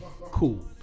Cool